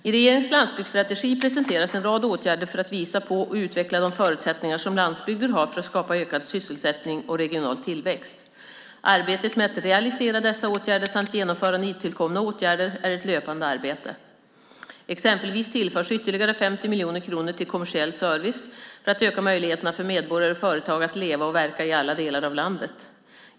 I regeringens landsbygdsstrategi presenteras en rad åtgärder för att visa på och utveckla de förutsättningar som landsbygden har för att skapa ökad sysselsättning och regional tillväxt. Arbetet med att realisera dessa åtgärder samt genomföra nytillkomna åtgärder är ett löpande arbete. Exempelvis tillförs ytterligare 50 miljoner kronor till kommersiell service för att öka möjligheterna för medborgare och företag att leva och verka i alla delar av landet.